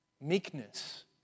meekness